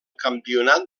campionat